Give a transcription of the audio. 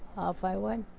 off i went.